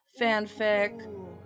fanfic